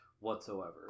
whatsoever